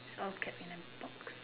all kept in a box